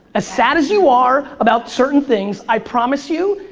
ah sad as you are about certain things, i promise you,